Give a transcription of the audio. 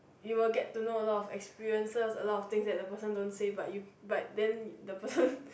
you will get to know a lot of experiences a lot of things that the person don't say but you but then the person